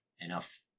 enough